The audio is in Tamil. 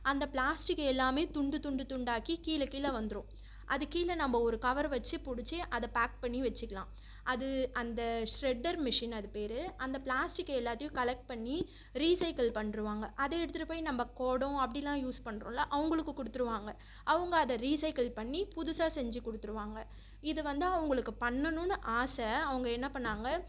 அந்த ப்ளாஸ்டிக் எல்லாமே துண்டு துண்டு துண்டாக்கி கீழ கீழ வந்துரும் அது கீழ நம்ப ஒரு கவரு வச்சு பிடிச்சி அதை பேக் பண்ணி வச்சுக்கலாம் அது அந்த ஷ்ரெட்டர் மிஷின் அது பேர் அந்த ப்ளாஸ்டிக்கை எல்லாத்தையும் கலெக்ட் பண்ணி ரீசைக்கிள் பண்ணிட்ருவாங்க அதை எடுத்துகிட்டுப் போய் நம்ப கொடம் அப்படிலாம் யூஸ் பண்ணுறோல்ல அவங்களுக்கு கொடுத்துருவாங்க அவங்க அதை ரீசைக்கிள் பண்ணி புதுசாக செஞ்சுக் கொடுத்துருவாங்க இது வந்து அவங்களுக்கு பண்ணணுன்னு ஆசை அவங்க என்ன பண்ணாங்க